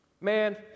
Man